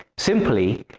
simply,